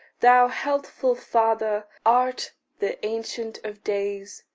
thou, healthful father, art the ancient of days,